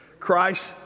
Christ